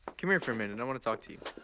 come here for a minute, i want to talk to you.